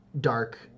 dark